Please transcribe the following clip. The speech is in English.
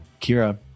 Kira